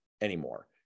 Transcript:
anymore